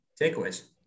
takeaways